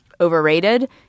overrated